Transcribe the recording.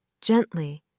gently